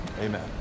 Amen